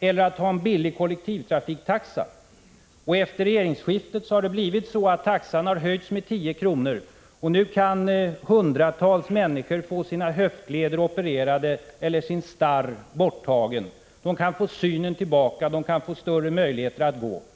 eller att ha en billig kollektivtrafiktaxa. Efter regeringsskiftet har taxan höjts med 10 kr., mer än vad socialdemokraterna föreslagit, och nu kan hundratals människor få sina höftleder opererade eller sin starr borttagen och därmed få större möjligheter att gå eller få synen tillbaka.